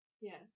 yes